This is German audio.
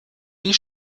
die